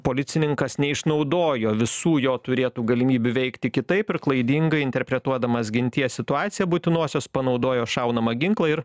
policininkas neišnaudojo visų jo turėtų galimybių veikti kitaip ir klaidingai interpretuodamas ginties situaciją būtinosios panaudojo šaunamą ginklą ir